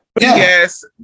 Yes